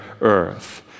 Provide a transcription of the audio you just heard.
earth